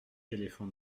éléphants